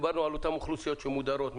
דיברנו על אותן אוכלוסיות שמודרות מכך.